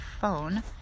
phone